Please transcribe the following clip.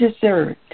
deserved